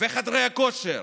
וחדרי הכושר,